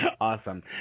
Awesome